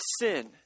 sin